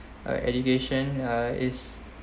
uh education uh is